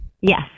Yes